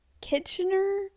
Kitchener